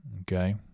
okay